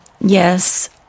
Yes